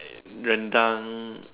rendang